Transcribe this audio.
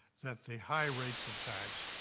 that the high rates of tax,